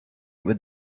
with